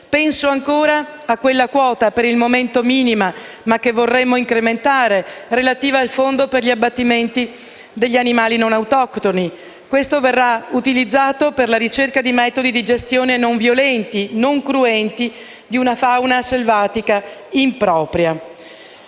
Penso ancora a quella quota per il momento minima, ma che vorremmo incrementare, relativa al fondo per gli abbattimenti degli animali non autoctoni, che verrà utilizzato per la ricerca di metodi di gestione non violenti e non cruenti di una fauna selvatica impropria.